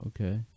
Okay